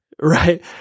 Right